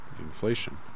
Inflation